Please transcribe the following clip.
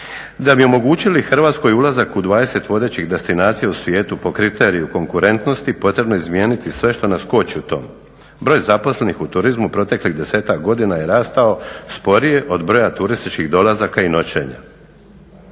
Da bi omogućili Hrvatskoj ulazak u 20 vodećih destinacija u svijetu po kriteriju konkurentnosti potrebno je izmijeniti sve što nas koči u tome. Broj zaposlenih u turizmu proteklih 10-ak godina je rastao sporije od broja turističkih dolazaka i noćenja.